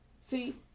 See